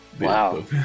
wow